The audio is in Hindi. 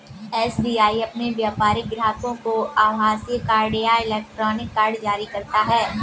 एस.बी.आई अपने व्यापारिक ग्राहकों को आभासीय कार्ड या इलेक्ट्रॉनिक कार्ड जारी करता है